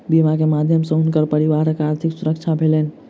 बीमा के माध्यम सॅ हुनकर परिवारक आर्थिक सुरक्षा भेलैन